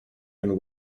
and